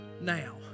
now